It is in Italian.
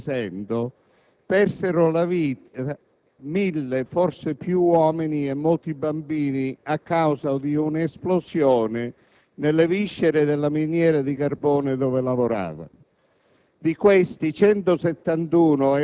parte della circoscrizione che rappresento - persero la vita probabilmente anche più di 1.000 uomini e bambini, a causa di un'esplosione nelle viscere della miniera di carbone dove lavoravano.